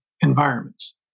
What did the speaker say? environments